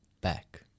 back